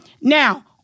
Now